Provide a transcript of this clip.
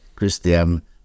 Christian